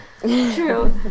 true